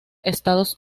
estados